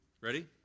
Ready